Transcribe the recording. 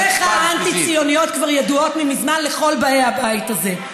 עמדותיך האנטי-ציוניות כבר ידועות ממזמן לכל באי הבית הזה.